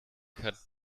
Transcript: hat